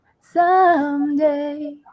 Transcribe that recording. someday